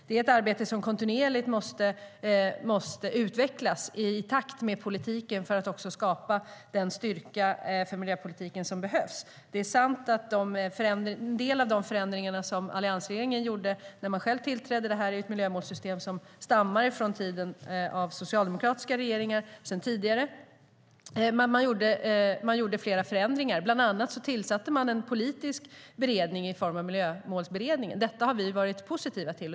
Det är ett arbete som kontinuerligt måste utvecklas, i takt med politiken, för att skapa den styrka för miljöpolitiken som behövs. Det här är ett miljömålssystem som stammar från tiden med tidigare socialdemokratiska regeringar, och det är sant att alliansregeringen gjorde en del förändringar när den tillträdde. Bland annat tillsatte man en politisk beredning i form av Miljömålsberedningen, och detta har vi varit positiva till.